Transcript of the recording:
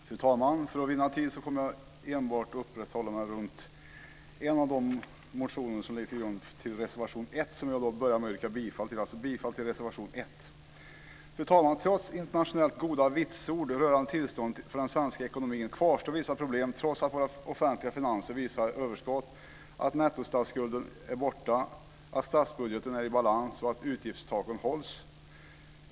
Fru talman! För att vinna tid kommer jag enbart att uppehålla mig vid en av de motioner som ligger till grund för reservation 1, som jag börjar med att yrka bifall till. Fru talman! Trots internationellt goda vitsord rörande tillståndet för den svenska ekonomin kvarstår vissa problem, även om våra offentliga finanser visar överskott, nettostatsskulden är borta, statsbudgeten är i balans och utgiftstaken hålls.